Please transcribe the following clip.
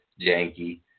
janky